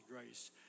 grace